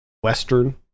western